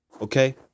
okay